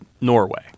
Norway